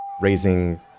raising